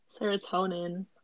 Serotonin